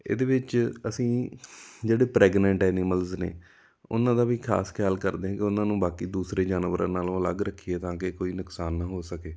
ਇਹਦੇ ਵਿੱਚ ਅਸੀਂ ਜਿਹੜੇ ਪ੍ਰੈਗਨੈਂਟ ਐਨੀਮਲਜ ਨੇ ਉਹਨਾਂ ਦਾ ਵੀ ਖਾਸ ਖਿਆਲ ਕਰਦੇ ਕਿ ਉਹਨਾਂ ਨੂੰ ਬਾਕੀ ਦੂਸਰੇ ਜਾਨਵਰਾਂ ਨਾਲੋਂ ਅਲੱਗ ਰੱਖੀਏ ਤਾਂ ਕਿ ਕੋਈ ਨੁਕਸਾਨ ਨਾ ਹੋ ਸਕੇ